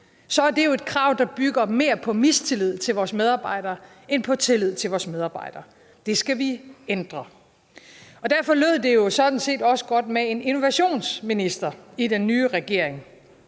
så er det jo et krav, der bygger mere på mistillid til vores medarbejdere end på tillid til vores medarbejdere. Det skal vi ændre. Derfor lød det sådan set også godt med en innovationsminister i den nye regering,